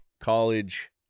college